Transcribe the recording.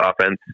offense